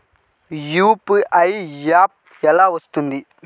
UPI app ఎలా వస్తుంది?